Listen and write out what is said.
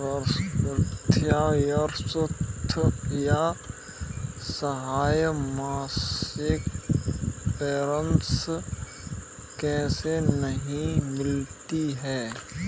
वृद्धावस्था या असहाय मासिक पेंशन किसे नहीं मिलती है?